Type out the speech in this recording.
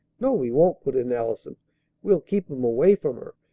no, we won't! put in allison we'll keep em away from her,